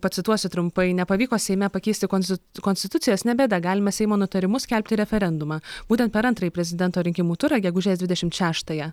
pacituosiu trumpai nepavyko seime pakeisti konsti konstitucijos ne bėda galime seimo nutarimu skelbti referendumą būtent per antrąjį prezidento rinkimų turą gegužės dvidešimt šeštąją